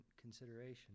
consideration